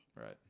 Right